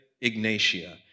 Ignatia